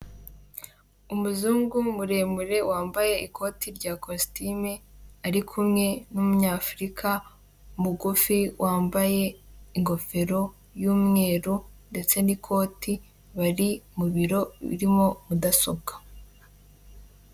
Umuzungu muremure wambaye ikoti rya kositime, ari kumwe n'umunyafurika mugufi wambaye ingofero y'umweru ndetse n'ikoti, bari mu biro birimo mudasobwa.